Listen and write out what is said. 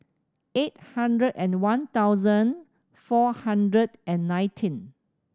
eight hundred and one thousand four hundred and nineteen